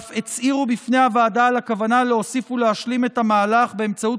ואף הצהירו בפני הוועדה על הכוונה להוסיף ולהשלים את המהלך באמצעות